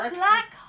black